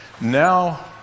Now